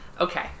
Okay